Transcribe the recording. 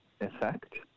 effect